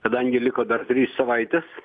kadangi liko dar trys savaitės